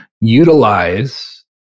utilize